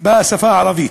בשפה הערבית.